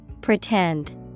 Pretend